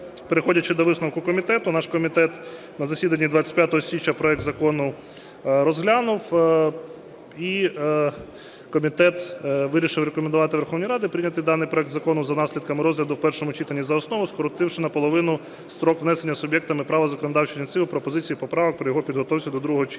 переходячи до висновку комітету, наш комітет на засіданні 25 січня проект закону розглянув, і комітет вирішив рекомендувати Верховній Раді прийняти даний проект закону за наслідками розгляду у першому читанні за основу, скоротивши наполовину строк внесення суб'єктами права законодавчої ініціативи пропозицій і поправок при його підготовці до другого читання.